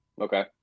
Okay